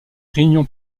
réunion